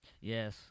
Yes